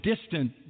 distant